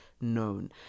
known